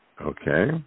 Okay